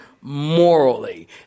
morally